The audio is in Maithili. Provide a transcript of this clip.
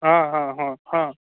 हँ हँ हँ हँ